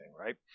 right